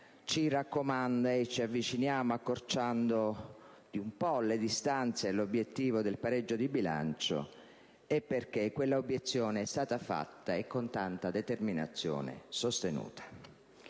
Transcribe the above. ci raccomanda, e ci avviciniamo accorciando un po' le distanze all'obiettivo del pareggio di bilancio, è perché quella obiezione è stata fatta e con tanta determinazione sostenuta.